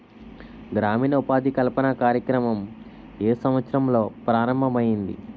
గ్రామీణ ఉపాధి కల్పన కార్యక్రమం ఏ సంవత్సరంలో ప్రారంభం ఐయ్యింది?